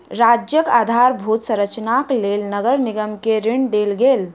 राज्यक आधारभूत संरचनाक लेल नगर निगम के ऋण देल गेल